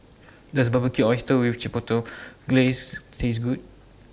Does Barbecued Oysters with Chipotle Glaze Taste Good